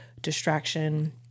distraction